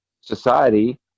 society